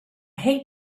hate